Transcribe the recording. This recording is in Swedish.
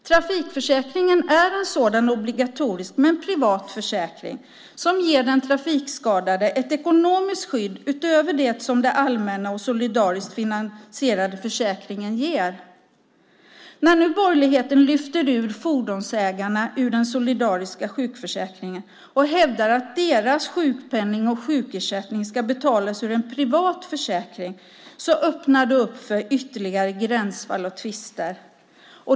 Trafikförsäkringen är en sådan obligatorisk men privat försäkring som ger den trafikskadade ett ekonomiskt skydd utöver det som den allmänna och solidariskt finansierade försäkringen ger. När nu borgerligheten lyfter ur fordonsägarna ur den solidariska sjukförsäkringen och hävdar att deras sjukpenning och sjukersättning ska betalas ur en privat försäkring öppnar det för ytterligare gränsfall och tvister.